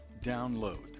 DOWNLOAD